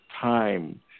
time